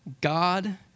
God